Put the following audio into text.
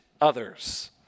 others